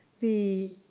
the